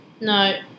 No